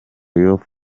youth